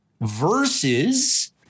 Versus